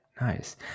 nice